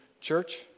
church